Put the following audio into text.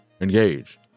Engage